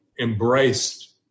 embraced